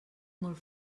molt